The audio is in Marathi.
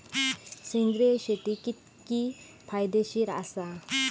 सेंद्रिय शेती कितकी फायदेशीर आसा?